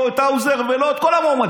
לא את האוזר ולא את כל המועמדים.